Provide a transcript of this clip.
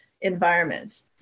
environments